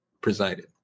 presided